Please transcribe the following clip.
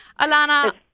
Alana